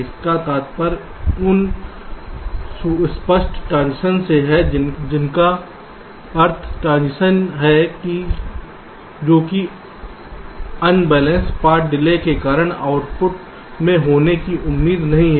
इनका तात्पर्य उन सुस्पष्ट ट्रांजिशंस से है जिनका अर्थ ट्रांजीशन है जो कि अनबैलेंसड पाथ डिले के कारण आउटपुट में होने की उम्मीद नहीं है